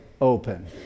open